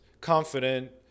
confident